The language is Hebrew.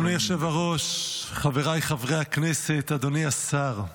אדוני היושב-ראש, חבריי חברי הכנסת, אדוני השר,